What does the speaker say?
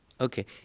Okay